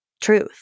truth